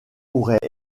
aurait